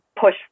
push